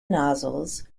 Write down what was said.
nozzles